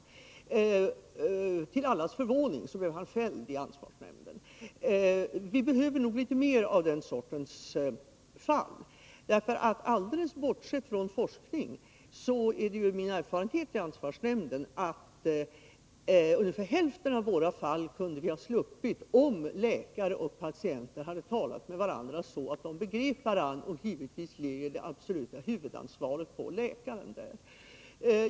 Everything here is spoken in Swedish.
Till allas förvåning blev han fälld i ansvarsnämnden. Vi behöver nog litet mer av den sortens fall. Alldeles bortsett från forskning är det min erfarenhet i ansvarsnämnden att vi kunde ha sluppit ungefär hälften av våra fall, om läkare och patienter hade talat med varandra och begripit varandra. Givetvis ligger det absoluta huvudansvaret därvid på läkaren.